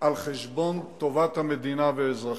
על חשבון טובת המדינה ואזרחיה.